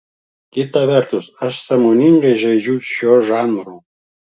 kita vertus aš sąmoningai žaidžiu šiuo žanru